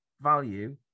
value